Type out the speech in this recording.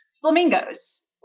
Flamingos